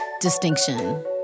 Distinction